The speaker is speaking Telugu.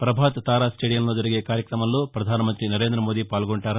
ప్రభాత్ తార స్టేడియంలో జరిగే కార్యక్రమంలో ప్రధానమంతి నరేంద్ర మోదీ పాల్గొంటారు